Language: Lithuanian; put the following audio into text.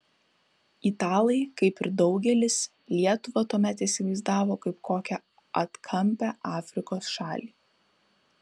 italai kaip ir daugelis lietuvą tuomet įsivaizdavo kaip kokią atkampią afrikos šalį